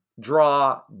draw